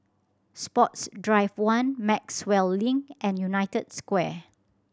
Sports Drive One Maxwell Link and United Square